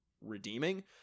redeeming